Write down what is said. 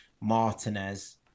Martinez